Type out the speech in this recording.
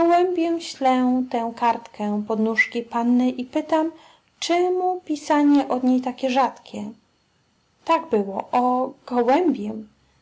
ślę tę kartę pod nóżki panny i pytam czemu pisanie od niej takie rzadkie tak było o